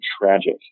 tragic